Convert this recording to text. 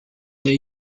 the